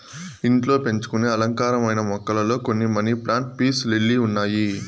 ఇంట్లో పెంచుకొనే అలంకారమైన మొక్కలలో కొన్ని మనీ ప్లాంట్, పీస్ లిల్లీ ఉన్నాయి